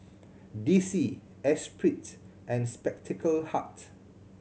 D C Esprit and Spectacle Hut